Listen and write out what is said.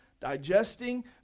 digesting